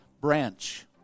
branch